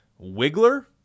Wiggler